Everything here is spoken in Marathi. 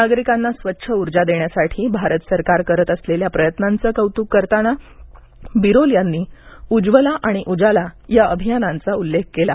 नागरिकांना स्वच्छ उर्जा देण्यासाठी भारत सरकार करत असलेल्या प्रयत्नांचं कौतुक करताना बिरोल यांनी उज्ज्वला आणि उजाला या अभियानांचा उल्लेख केला